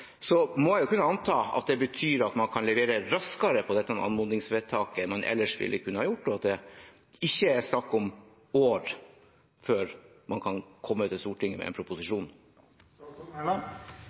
må jeg anta betyr at man kan levere raskere på dette anmodningsvedtaket enn man ellers ville kunne gjort, og at det ikke er snakk om år før man kan komme til Stortinget med en